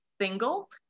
single